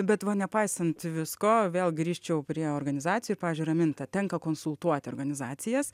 bet va nepaisant visko vėl grįžčiau prie organizacijų pavyzdžiui raminta tenka konsultuoti organizacijas